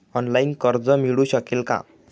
Online कर्ज मिळू शकेल का?